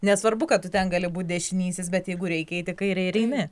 nesvarbu kad ten gali būt dešinysis bet jeigu reikia į kairę ir eini